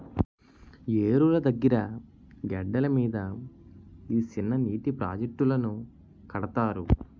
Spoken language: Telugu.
ఏరుల దగ్గిర గెడ్డల మీద ఈ సిన్ననీటి ప్రాజెట్టులను కడతారు